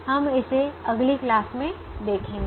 हम इसे अगली क्लास में देखेंगे